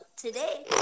today